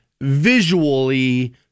visually